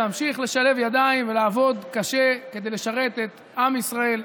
להמשיך לשלב ידיים ולעבוד קשה כדי לשרת את עם ישראל,